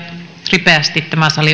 ripeästi